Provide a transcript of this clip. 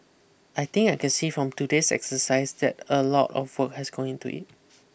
I think I can see from today's exercise that a lot of work has gone into it